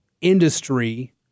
industry